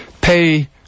pay